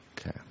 okay